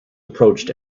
approached